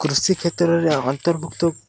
କୃଷି କ୍ଷେତ୍ରରେ ଅନ୍ତର୍ଭୁକ୍ତ